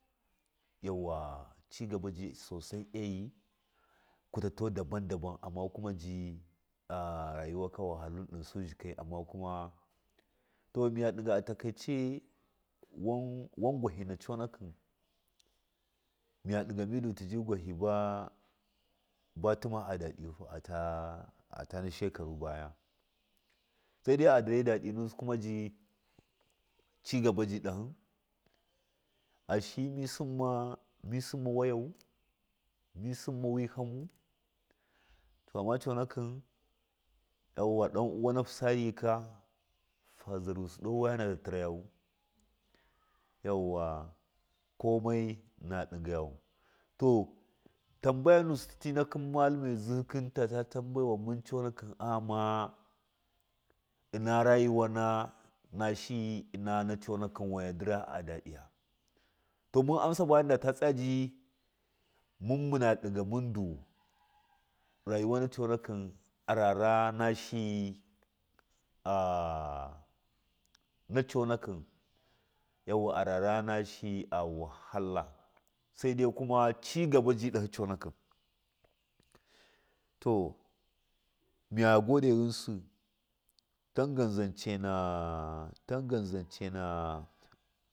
Yauwa cigaba jayi sasai ayi kutato dabunda bon amma kama ji a raguwaka wahatla su dzakai to mɨja ɗaga atakaice wan gwahɨ na coonakɨn mɨya ɗiga midu tii gwahɨ ba, ba tima amfaniyu atana baya atana shekaru baga saidai adore daɗinu sikume cigaba ji d’ahɨ ashiyi misimma wayau mi simma wi haman to amma coonakɨn dan, uwana saryika fazaru ɗo wag ana tatirau yauwa kamai na ɗigagou to bambaga nusi tii nakɨn mallami dzikɨn tata tambaya won tii coonakɨ agahma ina rayuwa na shiyi in ana coonakɨ wona ndɨna a ɗaɗiya to mun ansa bamundata tsaga ji mun muna ɗiga munndu rayuwa na coonakɨn ara rana shiga a na coonakɨn yauwa arar nashigi awahala sadai kama cigaba ji sasai dahi tomɨya gode ghɨnsi tangan zancana zoncana.